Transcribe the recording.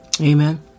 Amen